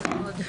הישיבה נעולה.